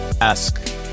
ask